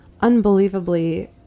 unbelievably